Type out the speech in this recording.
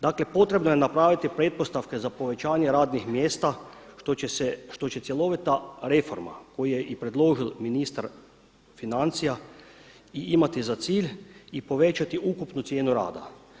Dakle, potrebno je napraviti pretpostavke za povećanje radnih mjesta što će cjelovita reforma koju je i predložio ministar financija i imati za cilj i povećati ukupnu cijenu rada.